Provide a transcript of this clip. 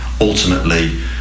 ultimately